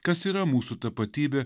kas yra mūsų tapatybė